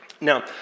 now